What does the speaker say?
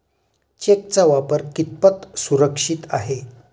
चेकचा वापर कितपत सुरक्षित आहे?